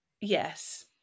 yes